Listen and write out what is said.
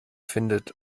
findet